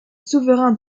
souverain